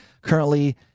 currently